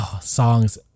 songs